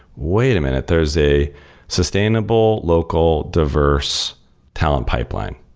wait a minute. there is a sustainable, local, diverse talent pipeline.